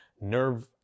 nerve